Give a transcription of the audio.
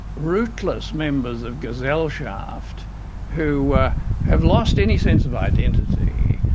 rootless members of gesellschaft who have lost any sense of identity,